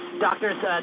Doctors